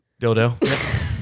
Dildo